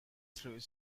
through